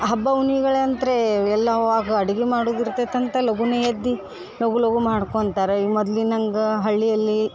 ಹಬ್ಬ ಹುಣ್ಮೆಗಳಂತ್ರೆ ಎಲ್ಲ ಅವಾಗ ಅಡ್ಗೆ ಮಾಡುದು ಇರ್ತದ್ ಅಂತ ಲಗುನೆ ಎದ್ದು ಲಗು ಲಗು ಮಾಡ್ಕೊತರ ಮೊದ್ಲಿನಂಗೆ ಹಳ್ಳಿಯಲ್ಲಿ